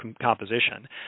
composition